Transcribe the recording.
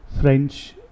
French